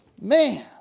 Man